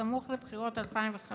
בסמוך לבחירות 2015,